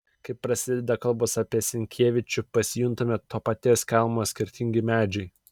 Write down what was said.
kai prasideda kalbos apie senkievičių pasijuntame to paties kelmo skirtingi medžiai